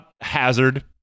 hazard